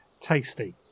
tasty